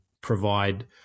provide